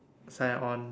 sign on